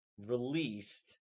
released